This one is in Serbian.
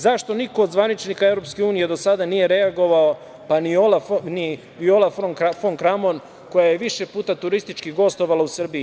Zašto niko od zvaničnika EU do sada nije reagovao, pa ni Viola fon Kramon koja je više puta turistički gostovala u Srbiji?